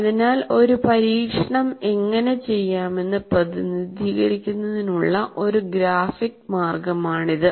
അതിനാൽ ഒരു പരീക്ഷണം എങ്ങനെ ചെയ്യാമെന്ന് പ്രതിനിധീകരിക്കുന്നതിനുള്ള ഒരു ഗ്രാഫിക് മാർഗമാണിത്